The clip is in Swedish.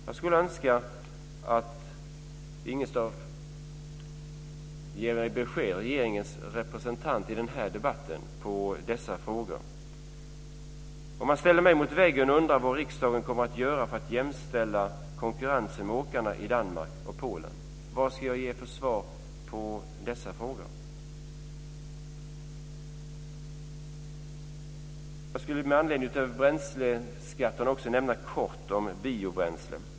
Jag skulle önska att Lisbeth Staaf-Igelström, regeringens representant i debatten i dessa frågor, ger ett besked. Om man ställer mig mot väggen och undrar vad riksdagen kommer att göra för att för att jämställa konkurrensen med åkarna i Danmark och Polen, vad ska jag då ge för svar på dessa frågor? Med anledning av bränsleskatten skulle jag också vilja tala kort om biobränslen.